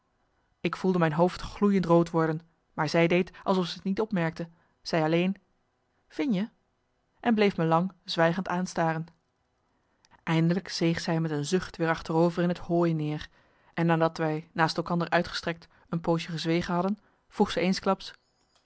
ik voelde mijn hoofd gloeiend rood worden maar zij deed alsof ze t niet opmerkte zei alleen vin je en bleef me lang zwijgend aanstaren eindelijk zeeg zij met een zucht weer achterover in het hooi neer en nadat wij naast elkander uitgestrekt een poosje gezwegen hadden vroeg ze